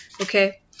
okay